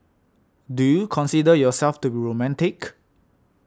do you consider yourself to a romantic